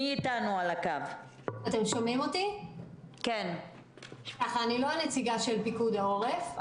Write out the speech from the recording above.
אני לא הנציגה של פיקוד העורף,